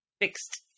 fixed